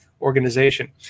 organization